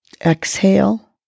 exhale